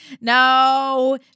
No